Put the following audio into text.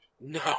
No